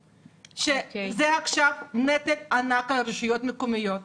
שזה עכשיו נטל ענק על הרשויות המקומיות,